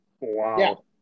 wow